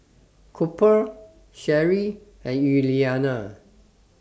Cooper Sheri and Yuliana